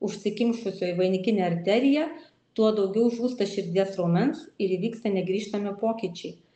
užsikimšusioj vainikinė arterija tuo daugiau žūsta širdies raumens ir įvyksta negrįžtami pokyčiai